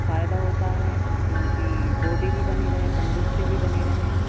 فائدہ ہوتا ہے کہ ان کی بوڈی بھی بنی رہے تندرستی بھی بنی رہے